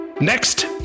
Next